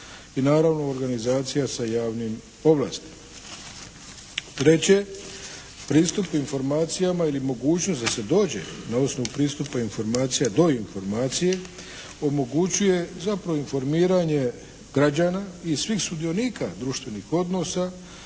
i naravno organizacija sa javnim ovlastima. Treće, pristup informacijama ili mogućnost da se dođe na osnovu pristupa informacija do informacije omogućuje zapravo informiranje građana i svih sudionika društvenih odnosa